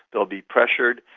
they'll be pressured,